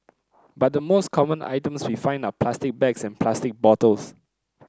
but the most common items we find are plastic bags and plastic bottles